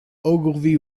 ogilvy